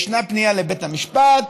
ישנה פנייה לבית המשפט,